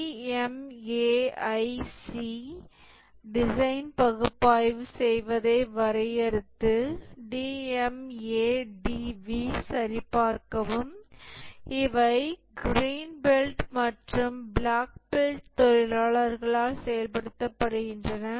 DMAIC design பகுப்பாய்வு செய்வதை வரையறுத்து DMADV சரிபார்க்கவும் இவை கிரீன் பெல்ட் மற்றும் பிளாக் பெல்ட் தொழிலாளர்களால் செயல்படுத்தப்படுகின்றன